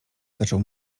zaczął